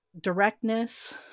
directness